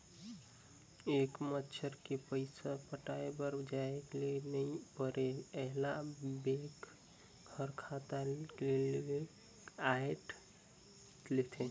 ए बच्छर के पइसा पटाये बर जाये ले नई परे ऐला बेंक हर खाता ले कायट लेथे